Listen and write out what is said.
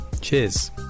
Cheers